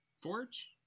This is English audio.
Forge